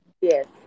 Yes